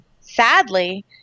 Sadly